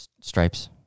Stripes